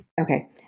Okay